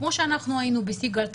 כמו שאנחנו היינו בשיא גל התחלואה,